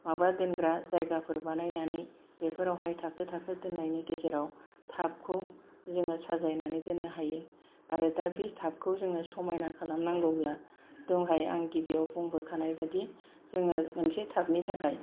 माबा दोनग्रा जायगाफोर बानायनानै बेफोरावहाय थाखो थाखो दोननायनि गेजेराव टापखौ जोङो साजायनानै दोननो हायो आरो दा बे टापखौ जोङो समायना खालामनांगौब्ला दहाय आं गिबियाव बुंबोखानाय बादि जोङो मोनसे टापनि थाखाय